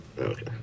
okay